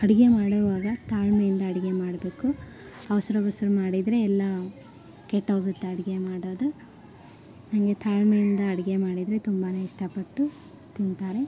ಅಡುಗೆ ಮಾಡುವಾಗ ತಾಳ್ಮೆಯಿಂದ ಅಡುಗೆ ಮಾಡಬೇಕು ಅವಸರ ಅವಸರ ಮಾಡಿದರೆ ಎಲ್ಲ ಕೆಟ್ಟೋಗತ್ತೆ ಅಡುಗೆ ಮಾಡೋದು ಹಾಗೆ ತಾಳ್ಮೆಯಿಂದ ಅಡುಗೆ ಮಾಡಿದರೆ ತುಂಬಾ ಇಷ್ಟಪಟ್ಟು ತಿಂತಾರೆ